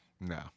no